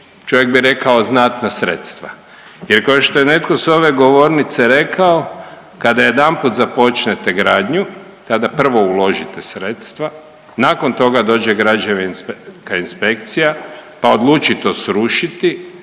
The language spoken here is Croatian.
čovjek bi rekao znatna sredstva. Jer ko što je netko s ove govornice rekao kada jedanput započnete gradnju, kada prvo uložite sredstva nakon toga dođe građevinska inspekcija, pa odluči to srušiti,